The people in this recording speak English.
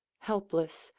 helpless,